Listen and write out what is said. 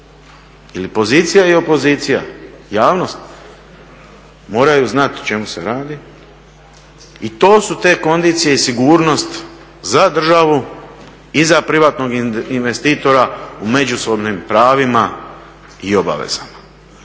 ili pozicija i opozicija, javnost, moraju znati o čemu se radi i to su te kondicije i sigurnost za državu i za privatnog investitora u međusobnim pravima i obavezama.